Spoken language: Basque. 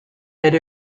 ere